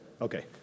Okay